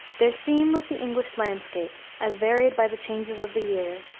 their theme was the english landscape, as varied by the changes of the year,